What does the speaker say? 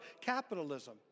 capitalism